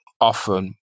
often